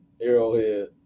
Arrowhead